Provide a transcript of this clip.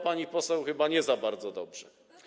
Pani poseł, chyba nie za bardzo dobrze.